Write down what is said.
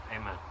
Amen